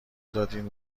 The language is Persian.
دادین